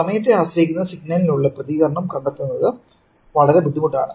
സമയത്തെ ആശ്രയിക്കുന്ന സിഗ്നലിനുള്ള പ്രതികരണം കണ്ടെത്തുന്നത് വളരെ ബുദ്ധിമുട്ടാണ്